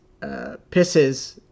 pisses